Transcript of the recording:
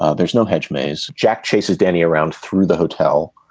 ah there's no hedge maze jack chases danny around through the hotel